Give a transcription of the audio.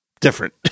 different